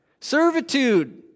servitude